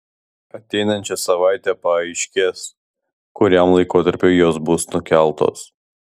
ateinančią savaitę paaiškės kuriam laikotarpiui jos bus nukeltos